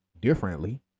differently